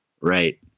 Right